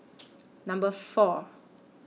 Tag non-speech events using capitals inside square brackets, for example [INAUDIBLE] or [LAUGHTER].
[NOISE] Number four